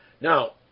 Now